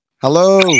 hello